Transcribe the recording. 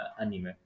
anime